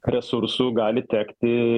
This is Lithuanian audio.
resursų gali tekti